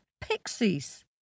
pixies